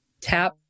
tap